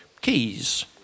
keys